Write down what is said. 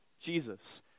Jesus